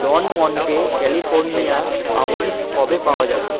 ডন Monte California almonds কবে পাওয়া যাবে